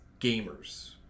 gamers